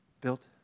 built